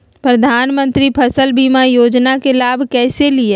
प्रधानमंत्री फसल बीमा योजना के लाभ कैसे लिये?